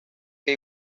que